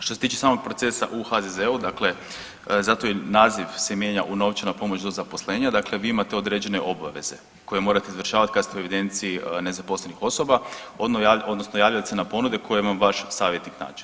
Što se tiče samog procesa u HDZ-u dakle zato i naziv se mijenja u novčana pomoć do zaposlenja, dakle vi imate određene obaveze koje morate izvršavat kad ste u evidenciji nezaposlenih osoba odnosno javljat se na ponude koje vam vaš savjetnik nađe.